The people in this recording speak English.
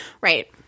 right